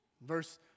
verse